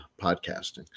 podcasting